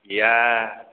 गैया